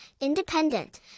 independent